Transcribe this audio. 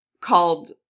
called